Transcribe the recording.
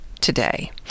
today